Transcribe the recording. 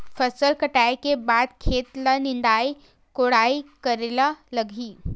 फसल कटाई के बाद खेत ल निंदाई कोडाई करेला लगही?